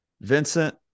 Vincent